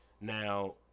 Now